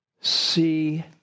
see